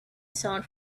sound